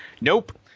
Nope